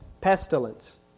pestilence